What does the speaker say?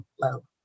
low